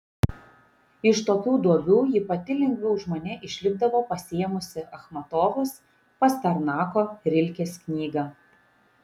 iš tokių duobių ji pati lengviau už mane išlipdavo pasiėmusi achmatovos pasternako rilkės knygą